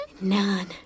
none